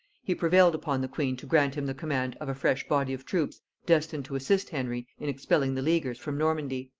he prevailed upon the queen to grant him the command of a fresh body of troops destined to assist henry in expelling the leaguers from normandy.